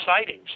sightings